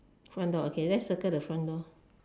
front door okay let's circle the front door